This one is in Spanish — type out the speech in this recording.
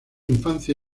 infancia